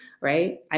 right